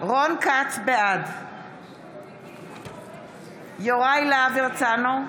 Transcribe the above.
כץ, בעד יוראי להב הרצנו,